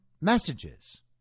messages